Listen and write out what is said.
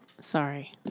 Sorry